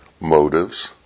motives